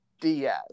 Diaz